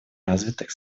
развитых